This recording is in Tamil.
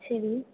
சரி